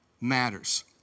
matters